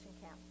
camp